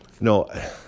No